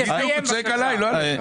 תסיים, בבקשה.